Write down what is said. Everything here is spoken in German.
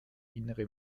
innere